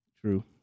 True